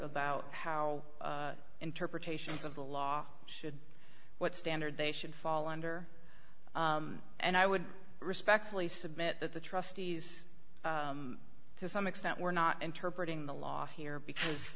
about how interpretations of the law should what standard they should fall under and i would respectfully submit that the trustees to some extent we're not interpreting the law here because